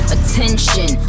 Attention